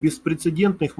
беспрецедентных